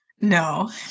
No